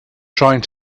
trying